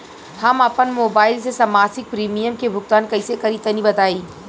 हम आपन मोबाइल से मासिक प्रीमियम के भुगतान कइसे करि तनि बताई?